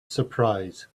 surprise